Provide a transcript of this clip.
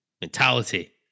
mentality